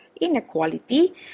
inequality